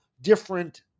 different